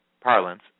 parlance